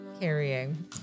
carrying